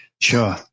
Sure